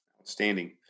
Outstanding